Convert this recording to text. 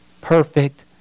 perfect